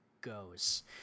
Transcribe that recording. goes